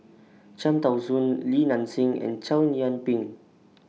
Cham Tao Soon Li Nanxing and Chow Yian Ping